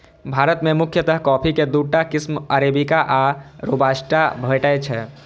भारत मे मुख्यतः कॉफी के दूटा किस्म अरेबिका आ रोबास्टा भेटै छै